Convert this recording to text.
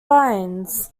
lions